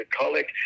colleague